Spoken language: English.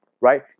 right